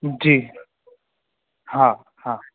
जी हा हा